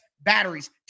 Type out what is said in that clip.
batteries